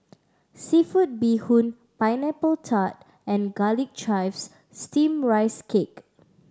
seafood bee hoon Pineapple Tart and Garlic Chives Steamed Rice Cake